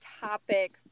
topics